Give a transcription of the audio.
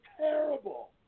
terrible